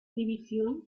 división